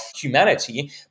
humanity